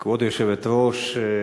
כבוד היושבת-ראש,